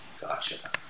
Gotcha